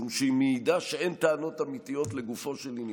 משום שהיא מעידה שאין טענות אמיתיות לגופו של עניין.